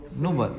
no but